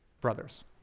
brothers